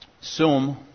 sum